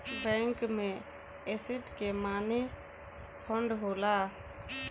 bank में asset के माने फंड होला